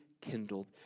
kindled